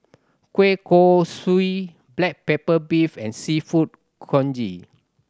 kueh kosui black pepper beef and Seafood Congee